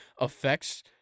affects